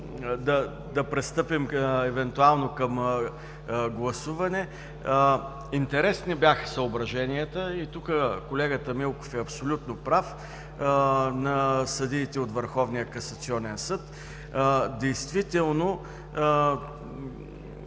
да пристъпим евентуално към гласуване… Интересни бяха съображенията – и тук колегата Милков е абсолютно прав, на съдиите от Върховния касационен съд. Действително